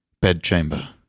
bedchamber